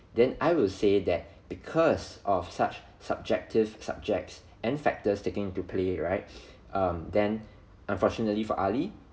then I will say that because of such subjective subjects and factors taking to play right um then unfortunately for Ali